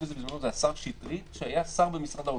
בזה בזמנו השר שטרית שהיה שר במשרד האוצר.